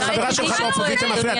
החברה שלך באופוזיציה מפריעה,